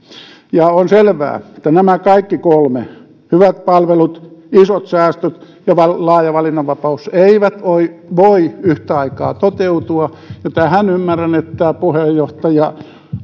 on selvää että nämä kaikki kolme hyvät palvelut isot säästöt ja laaja valinnanvapaus eivät voi voi yhtä aikaa toteutua ja ymmärrän että puheenjohtaja